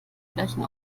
gleichen